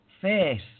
face